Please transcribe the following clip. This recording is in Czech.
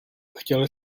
chtěl